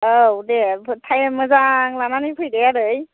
औ दे टाइम मोजां लानानै फै दे आदै